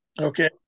Okay